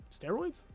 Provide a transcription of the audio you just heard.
steroids